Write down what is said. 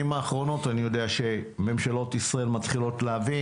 האחרונות אני יודע שממשלות ישראל מתחילות להבין,